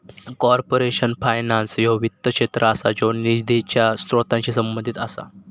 corporate finance ह्यो वित्त क्षेत्र असा ज्यो निधीच्या स्त्रोतांशी संबंधित असा